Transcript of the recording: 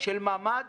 של ממ"ד